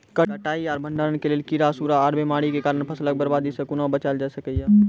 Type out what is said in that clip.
कटाई आर भंडारण के लेल कीड़ा, सूड़ा आर बीमारियों के कारण फसलक बर्बादी सॅ कूना बचेल जाय सकै ये?